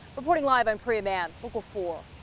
reporting live, i'm priya mann, local four.